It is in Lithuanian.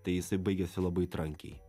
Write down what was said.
tai jisai baigėsi labai trankiai